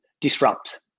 disrupt